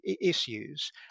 issues